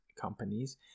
companies